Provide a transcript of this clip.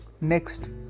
Next